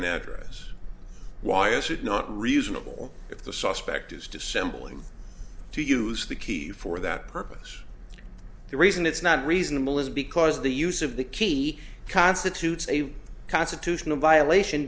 and address why is it not reasonable if the suspect is dissembling to use the key for that purpose the reason it's not reasonable is because the use of the key constitutes a constitutional violation